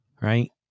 right